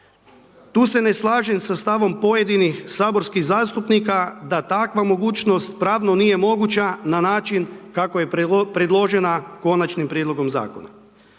Tu se ne slažem sa stavom pojedinih saborskih zastupnika da takva mogućnost pravo nije moguća na način kako je predložena Konačnim prijedlogom zakona.